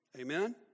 Amen